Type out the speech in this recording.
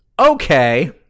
Okay